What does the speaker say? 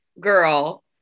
girl